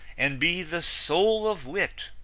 and be the soul of wit